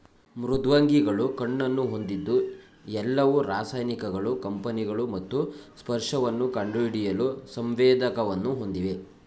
ಮೃದ್ವಂಗಿಗಳು ಕಣ್ಣನ್ನು ಹೊಂದಿದ್ದು ಎಲ್ಲವು ರಾಸಾಯನಿಕಗಳು ಕಂಪನಗಳು ಮತ್ತು ಸ್ಪರ್ಶವನ್ನು ಕಂಡುಹಿಡಿಯಲು ಸಂವೇದಕವನ್ನು ಹೊಂದಿವೆ